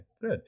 good